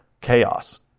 chaos